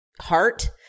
heart